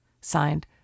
signed